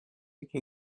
iki